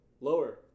Lower